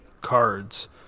cards